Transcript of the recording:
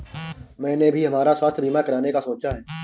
मैंने भी हमारा स्वास्थ्य बीमा कराने का सोचा है